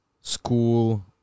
school